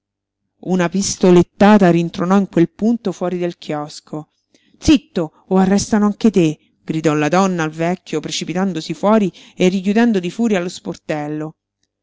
papa-re una pistolettata rintronò in quel punto fuori del chiosco zitto o arrestano anche te gridò la donna al vecchio precipitandosi fuori e richiudendo di furia lo sportello